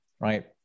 right